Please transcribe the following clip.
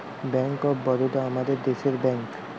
bank of Baroda আমাদের দেশের bank